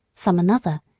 some another,